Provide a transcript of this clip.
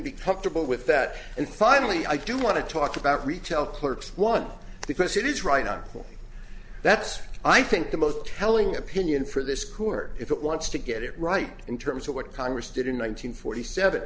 be comfortable with that and finally i do want to talk about retail clerks one because it is right on point that's i think the most telling opinion for this court if it wants to get it right in terms of what congress did in one nine hundred forty seven